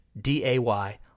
D-A-Y